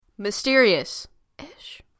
Mysterious-ish